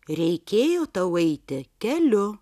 reikėjo tau eiti keliu